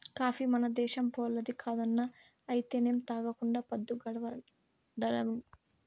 coffee మన దేశంపోల్లది కాదన్నా అయితేనేం తాగకుండా పద్దు గడవడంలే